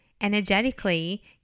Energetically